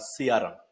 CRM